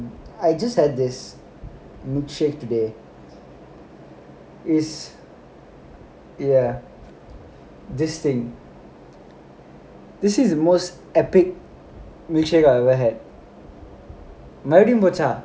I just had this milkshake today is ya this thing this is the most epic milkshake I ever had மறுபடியும் போச்சா:marupadiyum pochaa